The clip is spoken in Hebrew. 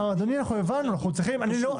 אדוני, הבנו את הבעיה.